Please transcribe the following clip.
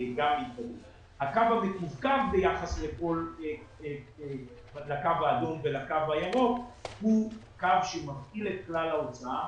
הקו המקווקו ביחס לקו האדום ולקו הירוק הוא קו שמפעיל את כלל ההוצאה.